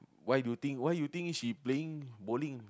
why do you think why you think she playing bowling